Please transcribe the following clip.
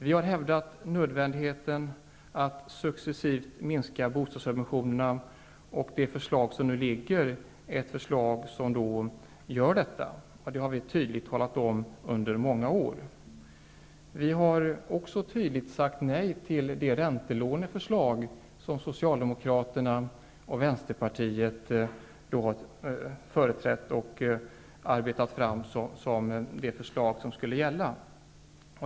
Vi har hävdat nödvändigheten av att successivt minska bostadssubventionerna, och de förslag som nu föreligger har den inriktningen. Detta har vi också tydligt talat om under många år. vi har även klart sagt nej till det räntelåneförslag som socialdemokraterna och vänsterpartiet arbetat fram som det förslag som skulle gälla.